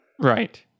Right